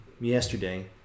yesterday